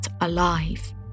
alive